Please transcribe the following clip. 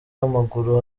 w’amaguru